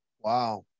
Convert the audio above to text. Wow